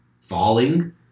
falling